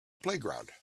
playground